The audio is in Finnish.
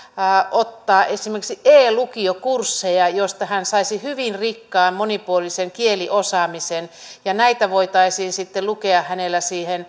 ottaa esimerkiksi e lukiokursseja joista hän saisi hyvin rikkaan monipuolisen kieliosaamisen ja näitä voitaisiin sitten lukea